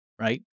right